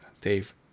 Dave